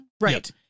Right